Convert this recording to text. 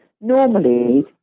normally